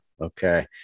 Okay